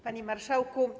Panie Marszałku!